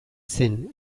zen